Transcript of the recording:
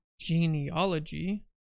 genealogy